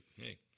hey